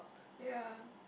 ya